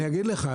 אני אגיד לך,